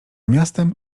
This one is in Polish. miastem